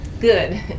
Good